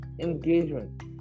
engagement